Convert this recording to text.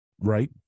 Right